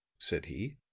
said he,